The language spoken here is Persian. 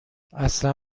اصلا